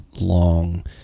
long